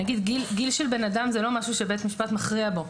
גיל של בן אדם הוא לא משהו שבית משפט מכריע בו,